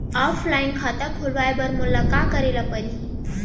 Offline खाता खोलवाय बर मोला का करे ल परही?